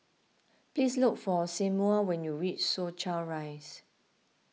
please look for Seymour when you reach Soo Chow Rise